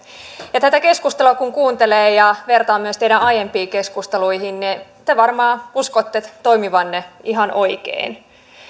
tätä keskustelua kun kuuntelee ja vertaa myös teidän aiempiin keskusteluihinne niin te varmaan uskotte toimivanne ihan oikein